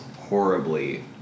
horribly